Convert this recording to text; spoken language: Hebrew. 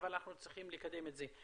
אבל אנחנו צריכים לקדם את זה.